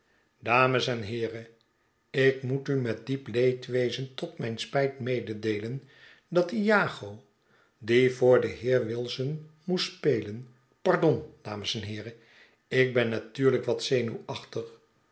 dames en heeren ik moet u met diep leedwezen tot mijn spijt mededeelen dat iago die voor den heer wilson moest spelen pardon dames en heeren ik ben natuurlijk wat zenuwachtig